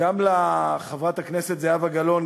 גם לחברת הכנסת זהבה גלאון,